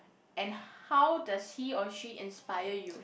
and how does he or she inspire you